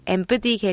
Empathy